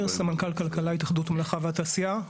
סמנכ"ל כלכלה בהתאחדות המלאכה והתעשייה.